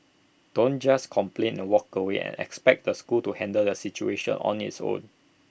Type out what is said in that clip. don't just complain and walk away and expect the school to handle the situation on its own